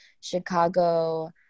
Chicago